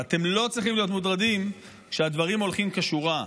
ואתם לא צריכים להיות מוטרדים כשהדברים הולכים כשורה.